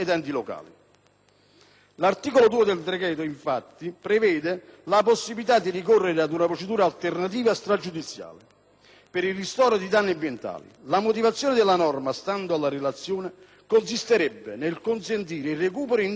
L'articolo 2 del decreto-legge, infatti, prevede la possibilità di ricorrere ad una procedura alternativa stragiudiziale per il ristoro dei danni ambientali. La motivazione della norma, stando alla relazione, consisterebbe nel consentire il recupero "in tempi certi"